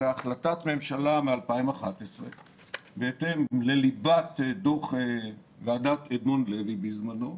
זאת החלטת ממשלה מ-2011 בהתאם לליבת דוח ועדת אדמונד לוי בזמנו,